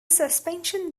suspension